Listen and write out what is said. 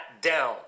down